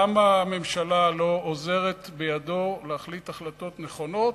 למה הממשלה לא עוזרת לו להחליט החלטות נכונות?